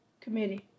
committee